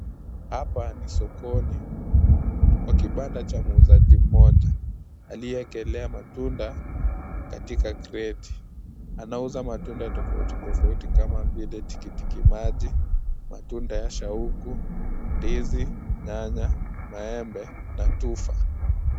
Hapa ni sokoni kwa kibanda cha mwuzaji mmoja aliyeekelea matunda katika kreti. Anauza matunda tofauti tofauti kama vile tikitiki maji, matunda ya shauku, ndizi, nyanya, maembe na tufa.